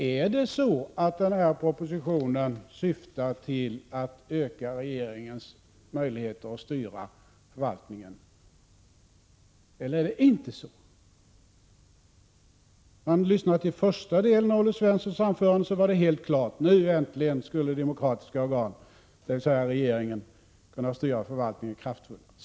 Är det så att propositionen syftar till att öka regeringens möjligheter att styra förvaltningen, eller är det inte så? I första delen av Olle Svenssons anförande lät det helt klart: Nu äntligen skulle demokratiska organ, dvs. regeringen, kunna styra förvaltningen kraftfullt.